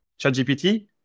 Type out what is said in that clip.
ChatGPT